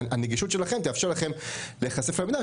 הנגישות שלכם תאפשר לכם להיחשף למידע.